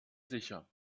sicher